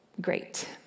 great